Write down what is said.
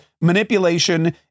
manipulation